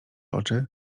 oczy